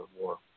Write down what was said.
war